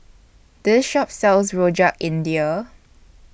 This Shop sells Rojak India